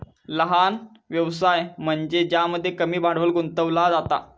लहान व्यवसाय म्हनज्ये ज्यामध्ये कमी भांडवल गुंतवला जाता